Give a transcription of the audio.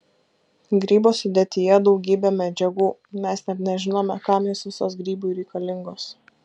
grybo sudėtyje daugybė medžiagų mes net nežinome kam jos visos grybui reikalingos